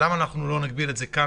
למה שלא נכתוב את זה כאן?